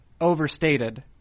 overstated